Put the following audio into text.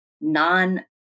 non